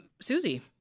Susie